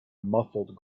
muffled